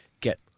get